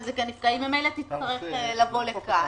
לא יפקע היא ממילא תצטרך לבוא לכאן.